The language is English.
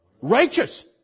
righteous